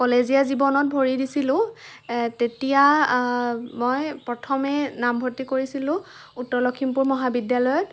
কলেজীয়া জীৱনত ভৰি দিছিলোঁ তেতিয়া মই প্ৰথমে নাম ভৰ্তি কৰিছিলোঁ উত্তৰ লখিমপুৰ মহাবিদ্যালয়ত